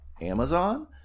Amazon